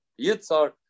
Yitzar